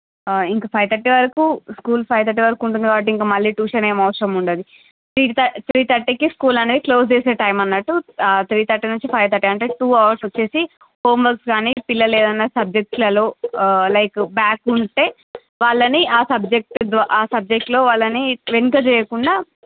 ఇంకా five thirty వరకు school five thirty వరకు ఉంటుంది కాబట్టి ఇంకా మళ్ళీ ట్యూషన్ ఏం అవసరం ఉండదు త్రీ థర్టీ త్రీ థర్టీ కి స్కూల్ అనేది క్లోజ్ చేసే టైం అన్నట్టు త్రీ థర్టీ నుంచి ఫైవ్ థర్టీ అంటే టూ అవర్స్ వచ్చేసి హోమ్ వర్క్స్ గాని పిల్లలు ఏదైనా సబ్జెక్ట్ లలో లైక్ బ్యాక్ ఉంటే వాళ్ళని ఆ సబ్జెక్ట్ ఆ సబ్జెక్ట్స్ లో వాళ్ళని వెనక పడకుండా